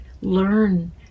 learn